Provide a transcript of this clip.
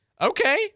Okay